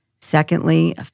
Secondly